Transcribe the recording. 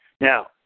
Now